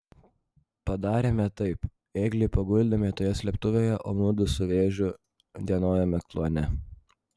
padarėme taip ėglį paguldėme toje slėptuvėje o mudu su vėžiu dienojome kluone